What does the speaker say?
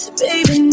baby